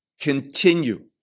continue